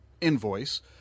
invoice